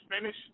finish